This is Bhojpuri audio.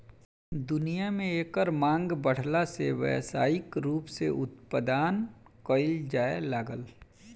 दुनिया में एकर मांग बाढ़ला से व्यावसायिक रूप से उत्पदान कईल जाए लागल